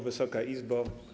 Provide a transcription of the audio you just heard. Wysoka Izbo!